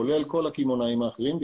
כולל כל הקמעונאים האחרים,